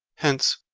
hence,